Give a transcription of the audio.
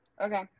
Okay